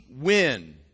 Win